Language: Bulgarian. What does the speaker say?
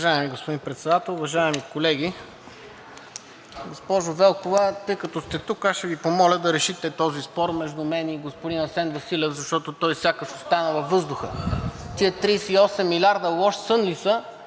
Уважаеми господин Председател, уважаеми колеги! Госпожо Велкова, тъй като сте тук, аз ще Ви помоля да решите този спор между мен и господин Асен Василев, защото той сякаш остана във въздуха. Тези 38 милиарда лош сън